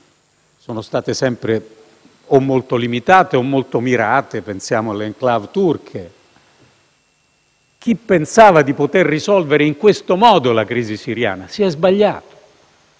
sono state sempre o molto limitate o molto mirate: pensiamo alle *enclave* turca), l'idea di chi pensava di poter risolvere in questo modo la crisi siriana era sbagliata.